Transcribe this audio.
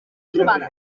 trobades